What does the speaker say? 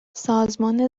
سازمان